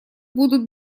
будут